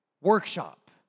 workshop